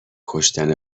کشتن